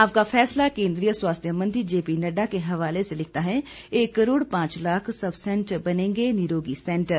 आपका फैसला केंद्रीय स्वास्थ्य मंत्री जेपी नड्डा के हवाले से लिखता है एक करोड़ पांच लाख सब सैंटर बनेंगे निरोगी सेंटर